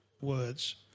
words